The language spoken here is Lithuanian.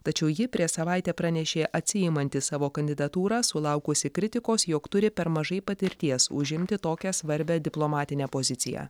tačiau ji prieš savaitę pranešė atsiimanti savo kandidatūrą sulaukusi kritikos jog turi per mažai patirties užimti tokią svarbią diplomatinę poziciją